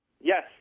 Yes